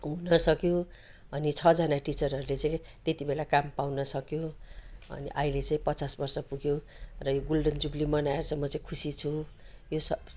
हुन सक्यो अनि छजना टिचरहरूले चाहिँ त्यति बेला काम पाउन सक्यो अनि अहिले चाहिँ पचास बर्ष पुग्यो र यो गोल्डन जुब्ली मनाएर चाहिँ म चाहिँ खुसी छु यो